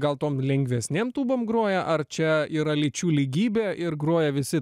gal tom lengvesnėm tūbom groja ar čia yra lyčių lygybė ir groja visi